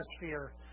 atmosphere